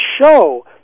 show